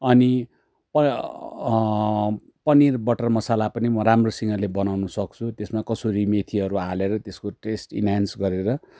अनि पनीर बटर मसला पनि म राम्रोसँगले बनाउनु सक्छु त्यसमा कसुरी मेथीहरू हालेर त्यसको टेस्ट इन्ह्यान्स गरेर